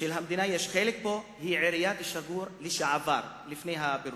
יש חלק בו היא עיריית אל-שגור לשעבר, לפני הפירוק.